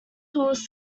tallest